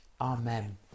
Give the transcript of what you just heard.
Amen